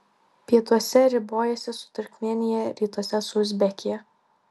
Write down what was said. pietuose ribojasi su turkmėnija rytuose su uzbekija